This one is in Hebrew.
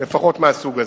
לפחות מהסוג הזה.